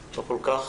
עודד,